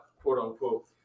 quote-unquote